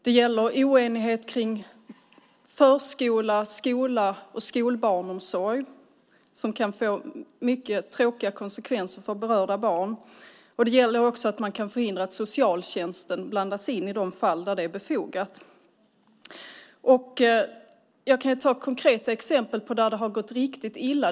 Det gäller oenighet kring förskola, skola och skolbarnsomsorg som kan få mycket tråkiga konsekvenser för berörda barn. Det gäller också att man kan förhindra att socialtjänsten blandas in i de fall där det är befogat. Jag kan ta ett konkret exempel där det har gått riktigt illa.